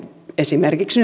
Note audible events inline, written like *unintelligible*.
esimerkiksi *unintelligible*